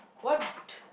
what